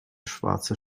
schwarze